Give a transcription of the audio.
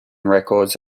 records